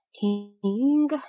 King